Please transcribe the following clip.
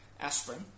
aspirin